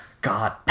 God